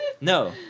No